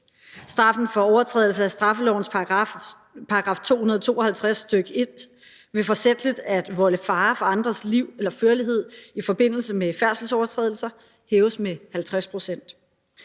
Straffen for overtrædelse af straffelovens § 252, stk. 1, ved forsætligt at volde fare for andres liv eller førlighed i forbindelse med færdselslovovertrædelser, hæves med 50